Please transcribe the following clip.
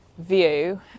view